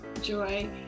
joy